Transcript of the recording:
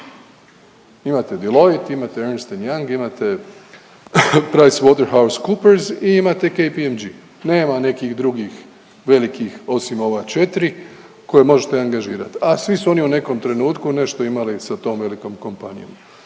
imate Delloite, imate Ernst&Young, imate Price Waterhouse Cooper i imate KPMG, nema nekih drugih velikih osim ova 4 koje možete angažirat, a svi su oni u nekom trenutku nešto imali sa tom velikom kompanijom.